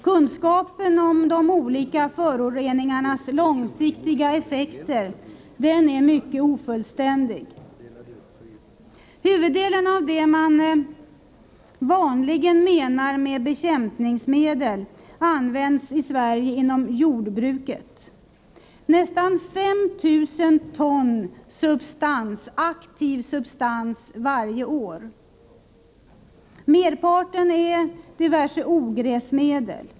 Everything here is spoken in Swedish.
Kunskapen om de olika föroreningarnas långsiktiga effekter är mycket ofullständig. Huvuddelen av det man vanligen menar med bekämpningsmedel används i Sverige inom jordbruket, nästan 5 000 ton aktiv substans per år. Merparten utgörs av diverse ogräsmedel.